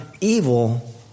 evil